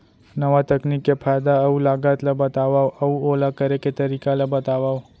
नवा तकनीक के फायदा अऊ लागत ला बतावव अऊ ओला करे के तरीका ला बतावव?